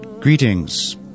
Greetings